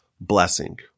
blessing